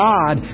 God